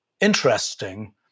interesting